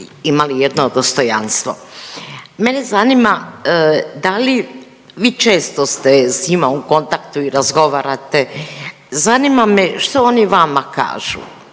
imali jedno dostojanstvo. Mene zanima da li vi često ste s njima u kontaktu i razgovarate, zanima me što oni vama kažu?